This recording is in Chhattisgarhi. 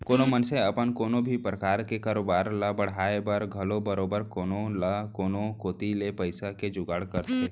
कोनो मनसे अपन कोनो भी परकार के कारोबार ल बढ़ाय बर घलौ बरोबर कोनो न कोनो कोती ले पइसा के जुगाड़ करथे